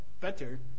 better